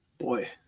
Boy